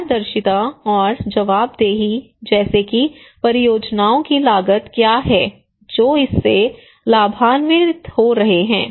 पारदर्शिता और जवाबदेही जैसे कि परियोजनाओं की लागत क्या है जो इससे लाभान्वित हो रहे हैं